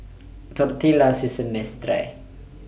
Tortillas IS A Miss Try